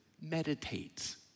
meditates